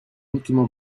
ultimo